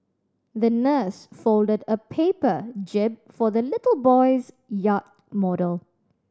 the nurse folded a paper jib for the little boy's yacht model